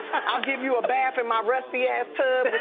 i'll give you a bath in my rusty-ass tub.